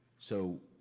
so,